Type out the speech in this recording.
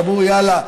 שאמרו: יאללה,